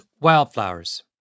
Wildflowers